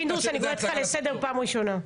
פינדרוס, אני קוראת אותך לסדר פעם ראשונה.